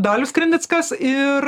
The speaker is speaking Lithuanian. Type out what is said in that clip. dalius krinickas ir